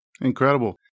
Incredible